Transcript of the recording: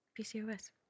PCOS